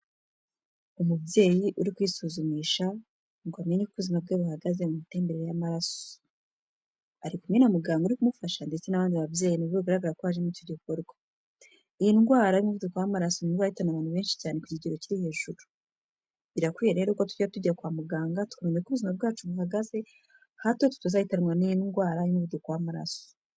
Umubyeyi uri kwisuzumisha ngo amenye uko ubuzima bwe buhagaze mu mitemberere y'amaraso. Ari kumwe na muganga uri kumufasha ndetse n'abandi babyeyi na bo bigaragara ko baje muri icyo gikorwa. Iyi ndwara y'umuvuduko w'amaraso ni indwara ihitana abantu benshi cyane ku kigero kiri hejuru. Birakwiye rero ko tujya tujya kwa muganga tukamenya uko ubuzima bwacu buhagaze, hato tutazahitanwa n'iyi ndwara y'umuvuduko w'amaraso.